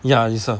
ya it's a